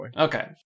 Okay